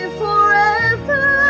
forever